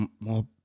more